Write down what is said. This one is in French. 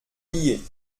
liés